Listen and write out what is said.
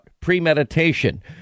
premeditation